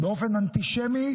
באופן אנטישמי